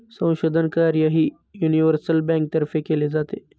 संशोधन कार्यही युनिव्हर्सल बँकेतर्फे केले जाते